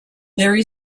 very